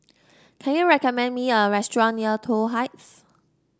can you recommend me a restaurant near Toh Heights